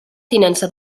tinença